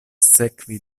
sekvi